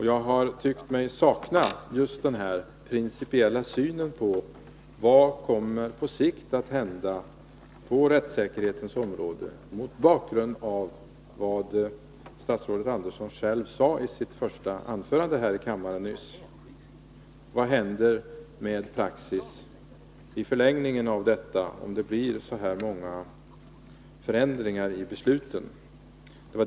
Jag tycker mig sakna just den principiella synen på vad som på sikt kommer att hända på rättssäkerhetens område, mot bakgrund av vad statrådet Andersson själv nyss sade i sitt första anförande här i kammaren. Vad händer med praxis i förlängningen, om det blir så många förändringar i besluten?